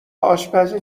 آشپزی